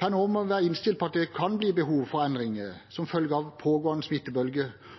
Per nå må vi være innstilt på at det kan bli behov for endringer som følge av pågående smittebølge.